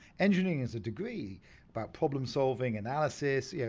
engineering is a degree about problem solving, analysis, yeah